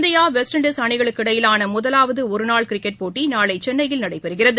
India West Indies அணிகளுக்கு இடையிலான முதலாவது ஒரு நாள் கிரிக்கெட் போட்டி நாளை சென்னையில் நடைபெறுகிறது